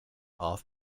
off